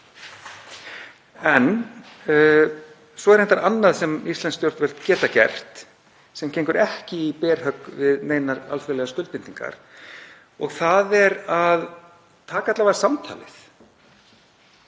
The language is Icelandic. Svo er reyndar annað sem íslensk stjórnvöld geta gert, sem gengur ekki í berhögg við neinar alþjóðlegar skuldbindingar, og það er að taka alla vega samtalið.